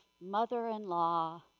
mother-in-law